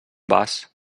vas